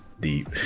Deep